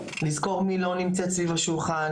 לזכור מי לא נמצאת סביב השולחן,